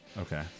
Okay